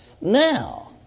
Now